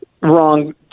wrong